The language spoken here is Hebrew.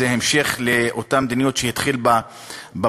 זה המשך של אותה מדיניות שהוא התחיל בה בבחירות,